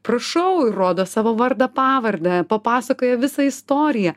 prašau ir rodo savo vardą pavardę papasakoja visą istoriją